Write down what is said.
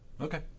Okay